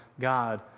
god